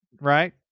right